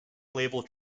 label